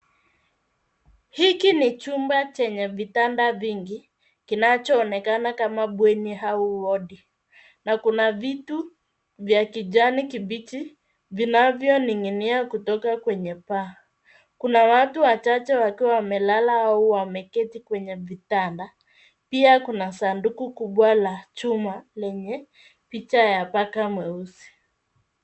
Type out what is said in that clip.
Hiki ni chumba chenye vitanda vingi, kinachoonekana kama bweni au wodi. Na kuna vitu vya kijani kibichi vinavyoning'inia kutoka kwenye paa. Kuna watu wachache wakiwa wamelala au wameketi kwenye vitanda, pia kuna sanduku kubwa la chuma lenye picha ya paka mweusi.